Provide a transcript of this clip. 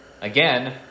again –